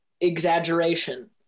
exaggeration